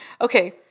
Okay